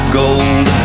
gold